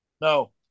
No